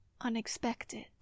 unexpected